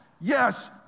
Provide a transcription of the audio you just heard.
yes